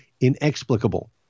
inexplicable